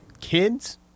kids